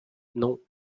non